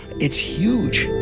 it's huge!